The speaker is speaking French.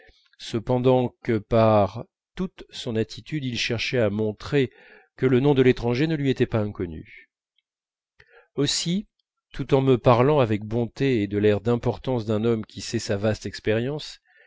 cependant que par toute son attitude il cherchait à montrer que le nom de l'étranger ne lui était pas inconnu aussi tout en me parlant avec bonté et de l'air d'importance d'un homme qui sait sa vaste expérience